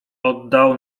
oddał